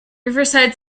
riverside